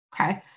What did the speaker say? okay